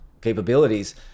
capabilities